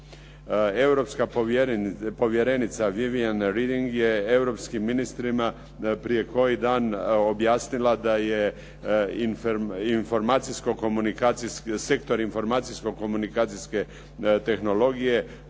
Europska povjerenica Viviane Reding je europskim ministrima prije koji dan objasnila da je sektor informacijsko-komunikacijske tehnologije